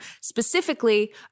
Specifically